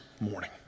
morning